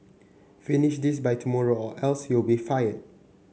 finish this by tomorrow or else you'll be fired